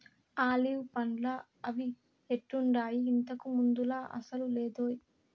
olive పండ్లా అవి ఎట్టుండాయి, ఇంతకు ముందులా అసలు లేదోయ్